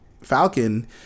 Falcon